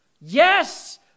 Yes